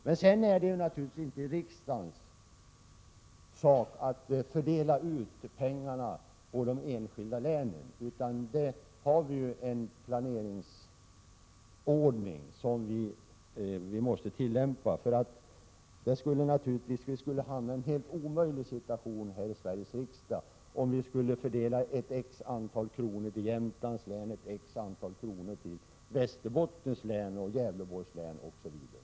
Men därutöver är det naturligtvis inte riksdagens sak att fördela ut pengarna på de enskilda länen. För detta har vi en planeringsordning som vi måste tillämpa. Vi skulle hamna i en helt omöjlig situation i Sveriges riksdag, om vi skulle fördela x kr. till Jämtlands län, till Västerbottens län, till Gävleborgs län osv.